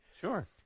Sure